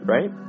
Right